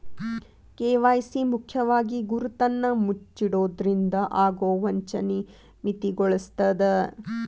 KYC ಮುಖ್ಯವಾಗಿ ಗುರುತನ್ನ ಮುಚ್ಚಿಡೊದ್ರಿಂದ ಆಗೊ ವಂಚನಿ ಮಿತಿಗೊಳಿಸ್ತದ